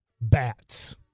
bats